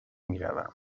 میروم